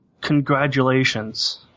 congratulations